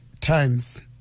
times